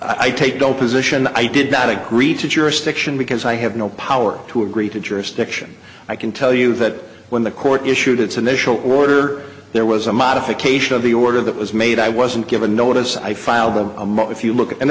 i take don't position i did not agree to jurisdiction because i have no power to agree to jurisdiction i can tell you that when the court issued its initial order there was a modification of the order that was made i wasn't given notice i filed them a month if you look a